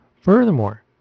Furthermore